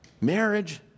Marriage